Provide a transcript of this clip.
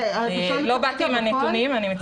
לא באתי עם הנתונים, אני מצטערת.